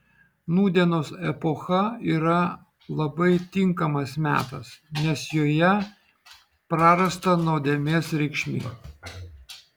nūdienos epocha yra labai tinkamas metas nes joje prarasta nuodėmės reikšmė